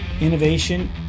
innovation